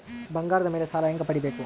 ಬಂಗಾರದ ಮೇಲೆ ಸಾಲ ಹೆಂಗ ಪಡಿಬೇಕು?